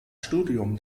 studium